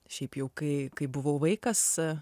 šiaip jau kai kai buvau vaikas a